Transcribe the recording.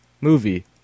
Movie